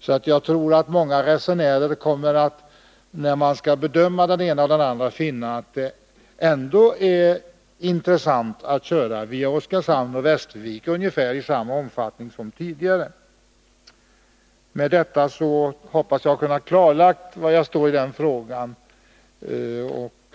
Så jag tror att många resenärer vid valet mellan de olika förbindelserna kommer att finna att det ändå är intressant att köra via Oskarshamn och Västervik och att resandet där kommer att vara av ungefär samma omfattning som tidigare. Med detta hoppas jag att jag har kunnat klarlägga var jag står i denna fråga.